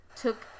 took